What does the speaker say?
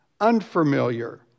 Unfamiliar